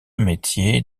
métier